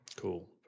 Cool